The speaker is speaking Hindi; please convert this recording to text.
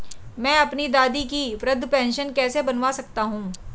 मैं अपनी दादी की वृद्ध पेंशन कैसे बनवा सकता हूँ?